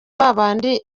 babandi